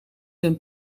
een